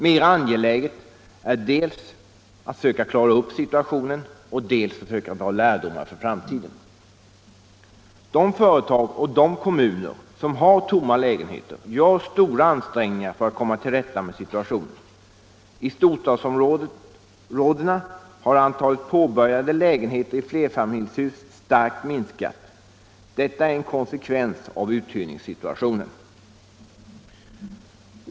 Mera angeläget är att dels söka klara upp situationen, dels försöka dra lärdomar för framtiden. De företag och kommuner som har tomma lägenheter gör stora ansträngningar för att komma till rätta med situationen. I storstadsområdena har antalet påbörjade lägenheter i flerfamiljshus starkt minskat. Detta är en konsekvens av uthyrningssituationen.